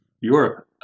Europe